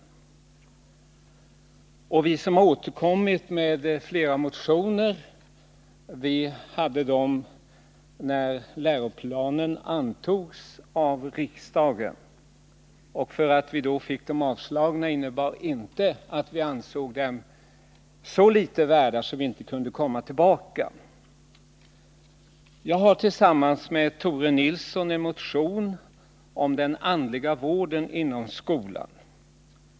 En del av oss har återkommit med motioner som vi väckt när läroplanen antogs av riksdagen. Vi fick dem då avslagna, men vi ansåg dem inte så litet värda att vi inte kunna komma tillbaka. Jag har tillsammans med Tore Nilsson väckt en motion om den andliga vården inom skolan.